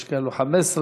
יש כאלו 15,